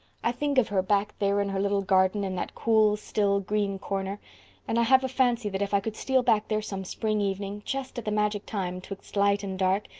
i think of her, back there in her little garden in that cool, still, green corner and i have a fancy that if i could steal back there some spring evening, just at the magic time twixt light and dark,